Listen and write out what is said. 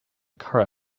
car